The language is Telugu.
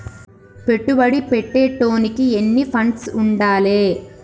పెట్టుబడి పెట్టేటోనికి ఎన్ని ఫండ్స్ ఉండాలే?